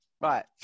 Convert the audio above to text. Right